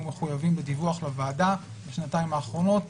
מחויבים בדיווח לוועדה בשנתיים האחרונות,